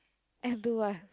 and do what